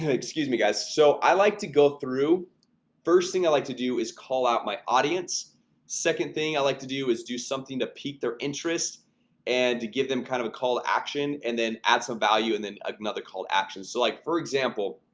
excuse me guys, so i like to go through first thing. i like to do is call out my audience second thing i like to do is do something to pique their interest and to give them kind of a call to action and then add some value and then ah another call to action so like for example